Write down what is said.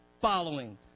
following